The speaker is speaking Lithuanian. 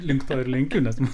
link to ir lenkiu nes man